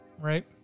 Right